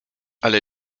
ale